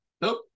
Nope